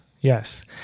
yes